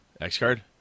X-Card